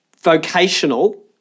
vocational